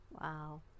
wow